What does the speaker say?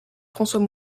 françois